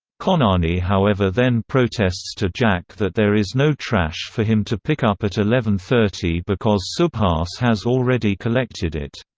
khonani however then protests to jack that there is no trash for him to pick up at eleven thirty because subhas has already collected it.